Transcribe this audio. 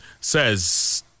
says